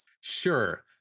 Sure